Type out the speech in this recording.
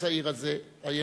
הצעיר הזה, הינוקא,